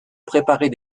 préparer